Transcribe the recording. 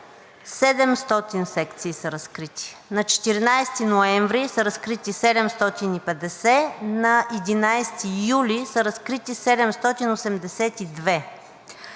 700 секции са разкрити. На 14 ноември са разкрити 750, на 11 юли са разкрити 782.